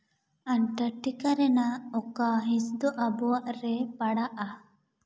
Antarctica ᱨᱮᱱᱟᱜ ᱚᱠᱟ ᱦᱤᱸᱥ ᱫᱚ ᱟᱵᱚᱣᱟᱜ ᱨᱮ ᱯᱟᱲᱟᱜᱼᱟ